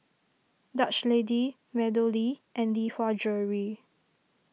Dutch Lady MeadowLea and Lee Hwa Jewellery